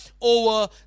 over